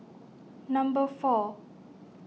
number four